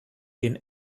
den